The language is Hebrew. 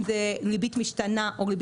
אם זאת ריבית קבועה או משתנה,